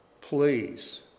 please